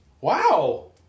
Wow